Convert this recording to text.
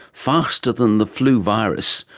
faster than the flu virus,